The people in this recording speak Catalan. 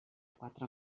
quatre